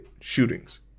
shootings